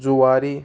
Zuari